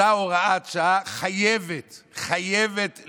אותה הוראת שעה חייבת להימשך.